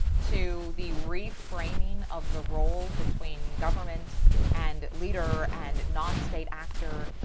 to the reframing of the role between government and leader and nonstate actor,